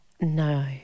no